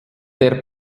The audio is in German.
der